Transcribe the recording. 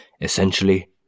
essentially